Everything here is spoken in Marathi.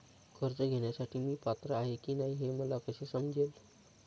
कर्ज घेण्यासाठी मी पात्र आहे की नाही हे मला कसे समजेल?